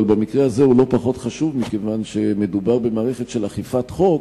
אבל במקרה הזה הוא לא פחות חשוב מכיוון שמדובר במערכת של אכיפת חוק,